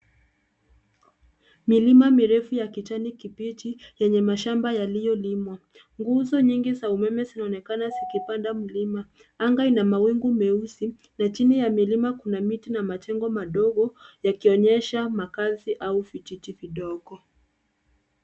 Milima mirefu ya kijani kibichi, yenye mashamba yaliyolimwa. Nguzo nyingi za umeme zinaonekana zikipanda mlima. Anga ina mawingu meusi, na chini ya milima kuna miti na majengo madogo, yakionyesha makazi au vijiji vidogo.